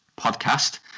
podcast